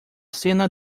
cena